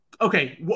Okay